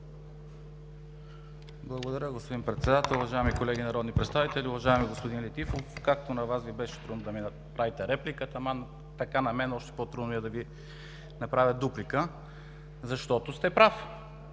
Благодаря, господин Председател. Уважаеми колеги народни представители! Уважаеми господин Летифов, както на Вас Ви беше трудно да ми направите реплика, така на мен ми е още по-трудно да Ви направя дуплика, защото сте прав.